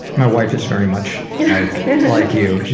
my wife is very much you know like you.